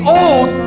old